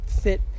fit